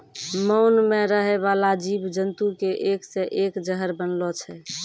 मान मे रहै बाला जिव जन्तु के एक से एक जहर बनलो छै